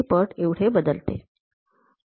आपण याचे कॅलक्युलेशन पाहूया